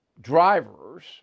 drivers